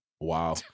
Wow